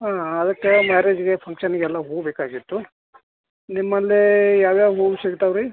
ಹಾಂ ಅದಕ್ಕೆ ಮ್ಯಾರೇಜ್ಗೆ ಫಂಕ್ಷನ್ನಿಗೆಲ್ಲ ಹೂವು ಬೇಕಾಗಿತ್ತು ನಿಮ್ಮಲ್ಲಿ ಯಾವ ಯಾವ ಹೂವು ಸಿಗ್ತಾವೆ ರೀ